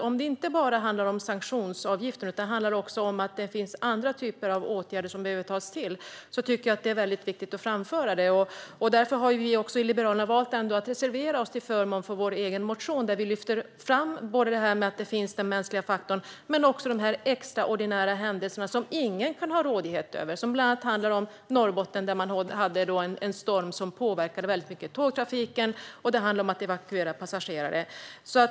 Om det inte bara handlar om sanktionsavgiften utan också om andra typer av åtgärder som behövs tycker jag att det är väldigt viktigt att framföra det. Därför har vi i Liberalerna valt att reservera oss till förmån för vår egen motion, där vi lyfter fram den mänskliga faktorn men också de extraordinära händelser som ingen kan ha rådighet över. Det handlar bland annat om Norrbotten, där det var en storm som påverkade tågtrafiken väldigt mycket. Det handlade om att evakuera passagerare.